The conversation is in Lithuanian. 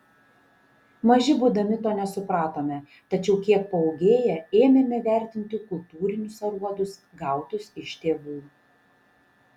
maži būdami to nesupratome tačiau kiek paūgėję ėmėme vertinti kultūrinius aruodus gautus iš tėvų